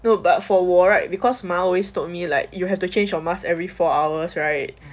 no but for 我 right because my 妈 always told me like you have to change your mask every four hours right